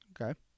Okay